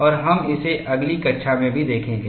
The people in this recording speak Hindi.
और हम इसे अगली कक्षा में भी देखेंगे